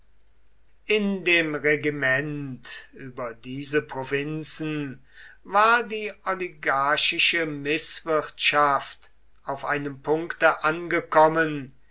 in dem regiment über diese provinzen war die oligarchische mißwirtschaft auf einem punkte angekommen